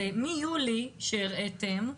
מיולי שהראיתם,